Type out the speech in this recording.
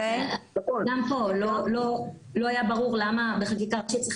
גם פה לא ברור למה בחקיקה ראשית צריך